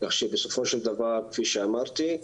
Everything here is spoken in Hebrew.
כך שבסופו של דבר כפי שאמרתי,